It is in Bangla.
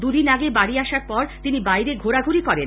দুদিন আগে বাড়ি আসার পর তিনি বাইরে ঘোরাঘুরি করেন